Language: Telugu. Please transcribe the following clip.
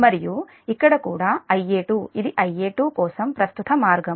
మరియు ఇక్కడ కూడా Ia2 ఇది Ia2 కోసం ప్రస్తుత మార్గం